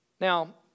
Now